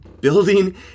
building